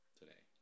today